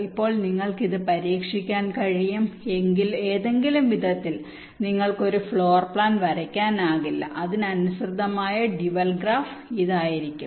ഇപ്പോൾ നിങ്ങൾക്ക് ഇത് പരീക്ഷിക്കാൻ കഴിയും ഏതെങ്കിലും വിധത്തിൽ നിങ്ങൾക്ക് ഒരു ഫ്ലോർ പ്ലാൻ വരയ്ക്കാനാകില്ല അതിനനുസൃതമായ ഡ്യുവൽ ഗ്രാഫ് ഇതായിരിക്കും